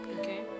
okay